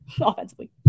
offensively